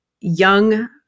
young